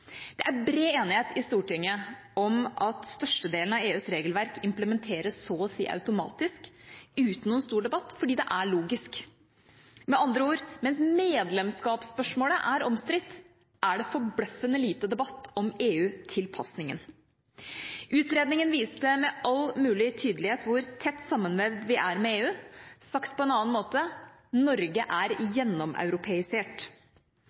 Det er bred enighet i Stortinget om at størstedelen av EUs regelverk implementeres så å si automatisk uten noen stor debatt, fordi det er logisk. Med andre ord: Mens medlemskapsspørsmålet er omstridt, er det forbløffende lite debatt om EU-tilpasningen. Utredningen viste med all mulig tydelighet hvor tett sammenvevd vi er med EU. Sagt på en annen måte: Norge er